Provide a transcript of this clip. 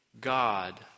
God